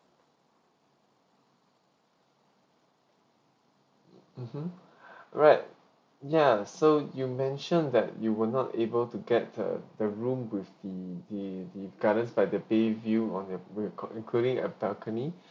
mmhmm alright ya so you mentioned that you were not able to get the the room with the the the gardens by the bay view on your with in~ including a balcony